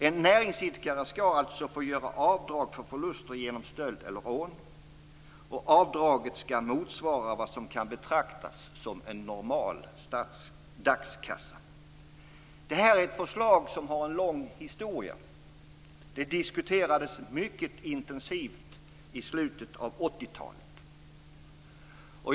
En näringsidkare skall få göra avdrag för förluster vid stöld eller rån, och avdraget skall motsvara vad som kan betraktas som en normal dagskassa. Det är ett förslag som har en lång historia. Det diskuterades mycket intensivt i slutet av 1980-talet.